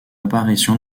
apparition